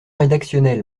rédactionnel